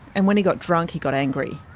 and when he got drunk, he got angry.